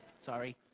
Sorry